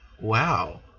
Wow